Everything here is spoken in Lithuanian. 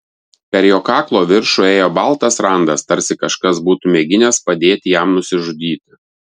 per jo kaklo viršų ėjo baltas randas tarsi kažkas būtų mėginęs padėti jam nusižudyti